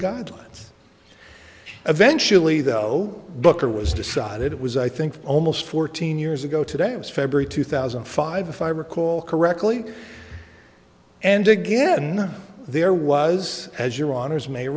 guidelines eventually though booker was decided it was i think almost fourteen years ago today it was february two thousand and five if i recall correctly and again there was as your honour's may